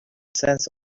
cents